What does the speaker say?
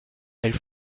elle